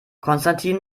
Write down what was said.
konstantin